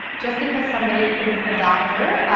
just because somebody is a doctor,